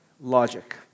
logic